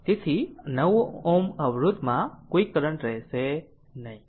તેથી 9 Ω અવરોધમાં કોઈ કરંટ રહેશે નહીં